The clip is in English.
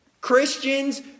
Christians